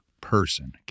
person